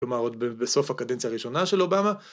‫כלומר, עוד בסוף הקדנציה ‫הראשונה של אובמה.